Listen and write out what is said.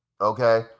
okay